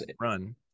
run